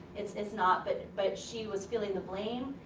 it's it's not. but but she was feeling the blame.